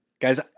Guys